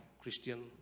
Christian